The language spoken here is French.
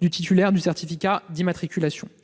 du titulaire du certificat d'immatriculation.